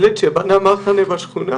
ילד שבנה מחנה בשכונה